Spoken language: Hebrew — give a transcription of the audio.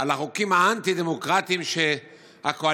על החוקים האנטי-דמוקרטיים של הקואליציה,